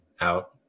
out